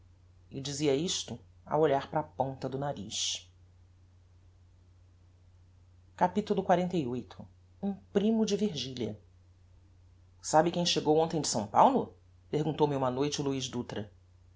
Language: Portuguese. e dizia isto a olhar para a ponta do nariz capitulo xlviii um primo de virgilia sabe quem chegou hontem de s paulo perguntou-me uma noite o luiz dutra